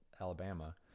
Alabama